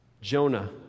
Jonah